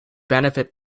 benefit